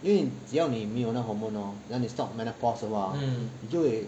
因为你没有那个 hormone hor then 你 start menopause 你就会